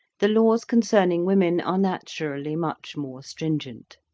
the laws concerning women are naturally much more stringent.